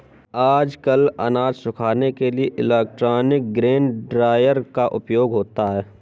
आजकल अनाज सुखाने के लिए इलेक्ट्रॉनिक ग्रेन ड्रॉयर का उपयोग होता है